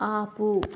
ఆపు